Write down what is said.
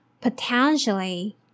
potentially